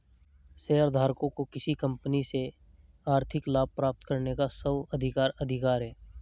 शेयरधारकों को किसी कंपनी से आर्थिक लाभ प्राप्त करने का एक स्व अधिकार अधिकार है